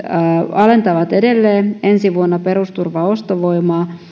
alentavat edelleen ensi vuonna perusturvan ostovoimaa